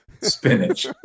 spinach